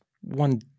one